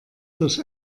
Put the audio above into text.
durch